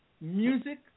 music